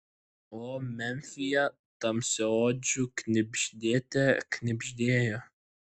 o memfyje tamsiaodžių knibždėte knibždėjo